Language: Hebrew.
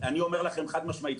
אני אומר לכם חד משמעית,